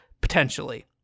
Potentially